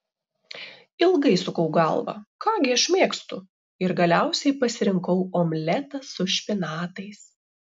ilgai sukau galvą ką gi aš mėgstu ir galiausiai pasirinkau omletą su špinatais